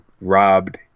robbed